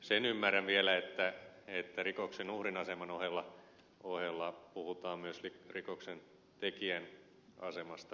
sen ymmärrän vielä että rikoksen uhrin aseman ohella puhutaan myös rikoksentekijän asemasta